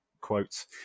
quotes